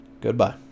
Goodbye